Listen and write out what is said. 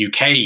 UK